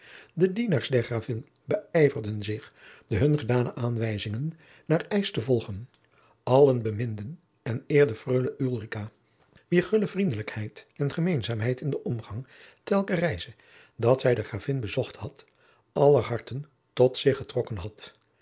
de dienaars der gravin beijverden zich de hun gedane aanwijzingen naar eisch te volgen allen beminden en eerden freule ulrica wier gulle vriendelijkheid en gemeenzaamheid in de omgang telken reize dat zij jacob van lennep de pleegzoon de gravin bezocht had aller harten tot zich getrokken had